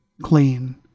clean